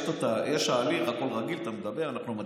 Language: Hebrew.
יש הליך, הכול רגיל, אתה מדבר, אנחנו מצביעים.